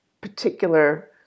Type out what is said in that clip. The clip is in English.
particular